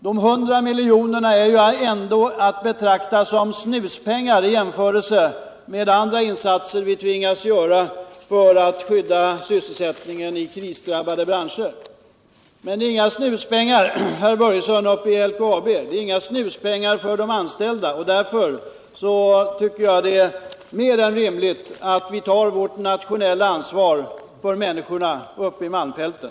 De hundra miljonerna är ändå bara att betrakta som snuspengar i jämförelse med andra insatser som vi tvingas göra för att skydda sysselsättningen i krisdrabbade branscher. Men de är inga snuspengar för de anställda i LKAB, och därför tycker jag inte det är mer än rimligt att vi tar vårt nationella ansvar för människorna uppe i malmfälten.